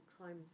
crime